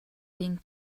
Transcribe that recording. being